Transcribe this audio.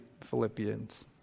Philippians